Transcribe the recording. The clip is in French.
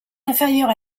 inférieur